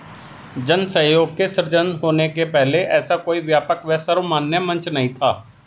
जन सहयोग के सृजन होने के पहले ऐसा कोई व्यापक व सर्वमान्य मंच नहीं था